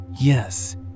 Yes